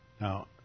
Now